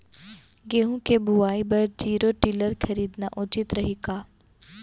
गेहूँ के बुवाई बर जीरो टिलर खरीदना उचित रही का?